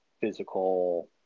physical